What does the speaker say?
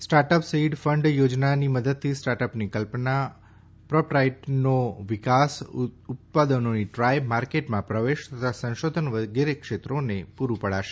startup seed fund યોજનાની મદદથી સ્ટાર્ટઅપની કલ્પના પ્રોટોટાઈપનો વિકાસ ઉત્પાદનોની ટ્રાય માર્કેટમાં પ્રવેશ તથા સંશોધન વગેરે ક્ષેત્રોની પૂરું પડાશે